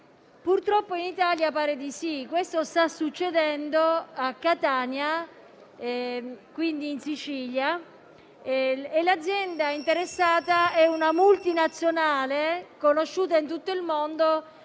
Purtroppo in Italia pare di sì. È quanto sta succedendo a Catania, in Sicilia, e l'azienda interessata è una multinazionale conosciuta in tutto il mondo